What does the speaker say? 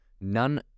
none